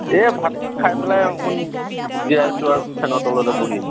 ভাত খাই পেলাই অকণমান জিৰাইছোঁ আৰু ফেনৰ তলতে বহি